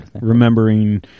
Remembering